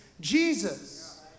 Jesus